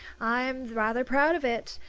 i'm rather proud of it.